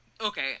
okay